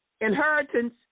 Inheritance